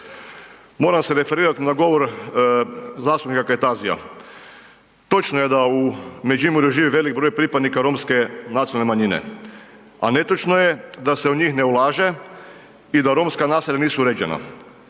Moram se referirat na govor zastupnika Kajtazija. Točno je da u Međimurju živi velik broj pripadnika romske nacionalne manjine, a netočno je da se u njih ne ulaže i da romska naselja nisu uređena.